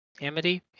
Amity